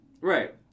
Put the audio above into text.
Right